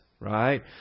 Right